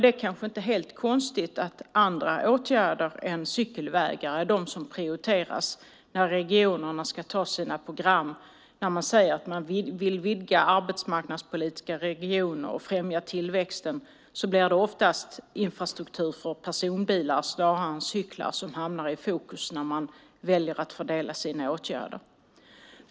Det kanske inte är helt konstigt att andra åtgärder än cykelvägar prioriteras när regionerna ska fastställa sina program. När man säger att man vill vidga arbetsmarknadspolitiska regioner och främja tillväxten är det infrastruktur för personbilar snarare än cyklar som hamnar i fokus när man fördelar åtgärderna.